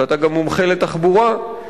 ואתה גם מומחה לתחבורה,